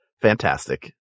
fantastic